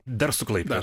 dar su klaipėda